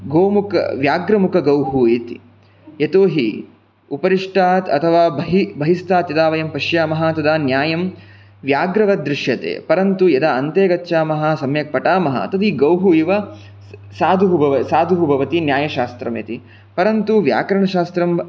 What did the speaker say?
गोमुख व्याघ्रमुखगौः इति यतोहि उपरिष्टात् अथवा बहिः बहिस्तात् यदा वयं पश्यामः तदा न्यायं व्याघ्रवत् दृश्यते परन्तु यदा अन्ते गच्छामः सम्यक् पठामः तर्हि गौ इव साधुः भवति न्यायशास्त्रम् इति परन्तु व्याकरणशास्त्रं